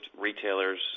retailers